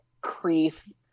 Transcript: crease